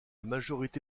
majorité